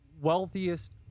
wealthiest